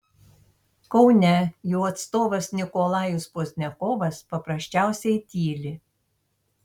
kaune jų atstovas nikolajus pozdniakovas paprasčiausiai tyli